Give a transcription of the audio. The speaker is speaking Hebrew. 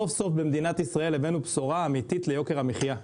סוף סוף במדינת ישראל הבאנו בשורה אמיתית ליוקר המחיה.